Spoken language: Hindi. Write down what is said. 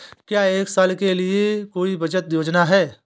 क्या एक साल के लिए कोई बचत योजना है?